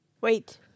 Wait